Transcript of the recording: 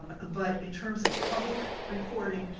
um but in terms of public reporting,